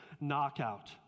knockout